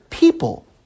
people